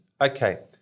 Okay